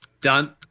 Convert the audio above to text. Done